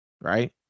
Right